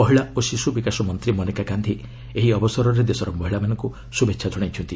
ମହିଳା ଓ ଶିଶୁବିକାଶ ମନ୍ତ୍ରୀ ମନେକା ଗାନ୍ଧୀ ଏହି ଅବସରରେ ଦେଶର ମହିଳାମାନଙ୍କୁ ଶୁଭେଚ୍ଛା ଜଣାଇଛନ୍ତି